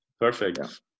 Perfect